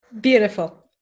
Beautiful